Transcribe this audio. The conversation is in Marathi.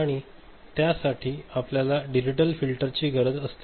आणि त्या साठी आपल्याला डिजिटल फिल्टर ची गरज असते